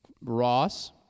Ross